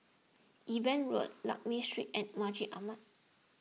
Eben Road Lakme Street and Masjid Ahmad